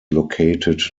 located